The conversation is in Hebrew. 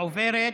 עוברת